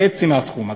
חצי מהסכום הזה.